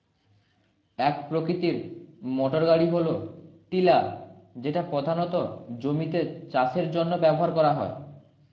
এক প্রকৃতির মোটরগাড়ি হল টিলার যেটা প্রধানত জমিতে চাষের জন্য ব্যবহার করা হয়